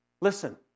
listen